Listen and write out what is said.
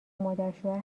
مادرشوهر